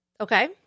Okay